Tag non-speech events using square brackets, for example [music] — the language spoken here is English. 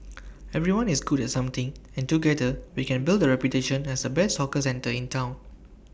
[noise] everyone is good at something and together we can build A reputation as the best hawker centre in Town